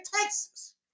Texas